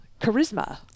Charisma